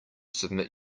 submit